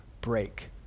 break